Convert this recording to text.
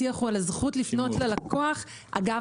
השיח הוא על הזכות לפנות ללקוח אגב